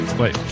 wait